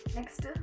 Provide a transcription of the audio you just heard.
Next